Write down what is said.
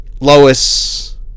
Lois